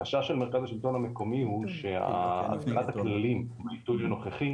החשש של מרכז השלטון המקומי הוא שהפיכת הכללים בביטוי הנוכחי